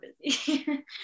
busy